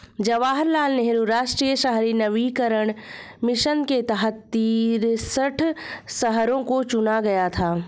जवाहर लाल नेहरू राष्ट्रीय शहरी नवीकरण मिशन के तहत तिरेसठ शहरों को चुना गया था